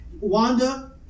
Wanda